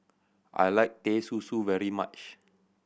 I like Teh Susu very much